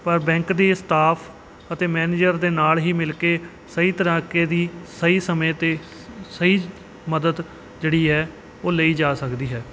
ਪਰ ਬੈਂਕ ਦੇ ਸਟਾਫ ਅਤੇ ਮੈਨੇਜਰ ਦੇ ਨਾਲ ਹੀ ਮਿਲ ਕੇ ਸਹੀ ਤਰੀਕੇ ਦੀ ਸਹੀ ਸਮੇਂ 'ਤੇ ਸਹੀ ਮਦਦ ਜਿਹੜੀ ਹੈ ਉਹ ਲਈ ਜਾ ਸਕਦੀ ਹੈ